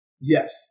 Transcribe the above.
yes